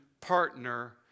partner